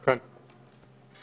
בראשן גרמניה,